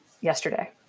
Yesterday